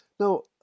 Now